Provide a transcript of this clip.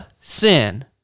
sin